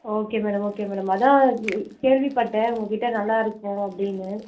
okay madam okay madam அதான் கேள்விப்பட்டேன் உங்கள் கிட்டே நல்லா இருக்கும் அப்படின்னு